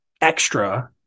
extra